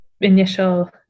initial